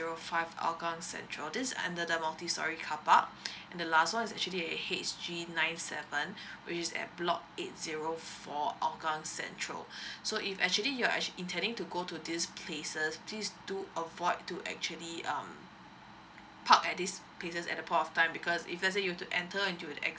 zero five hougang central this under the multi storey carpark and the last one is actually at H G nine seven which is at block eight zero four hougang central so if actually you're actual intending to go to these places please do avoid to actually um park at these places at the point of time because if let's say you want to enter and you